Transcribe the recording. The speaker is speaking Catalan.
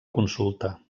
consulta